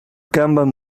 kanban